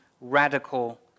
radical